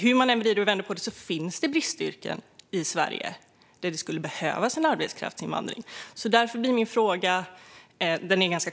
Hur man än vrider och vänder på det finns det bristyrken i Sverige där det skulle behövas en arbetskraftsinvandring. Där har jag en kort fråga.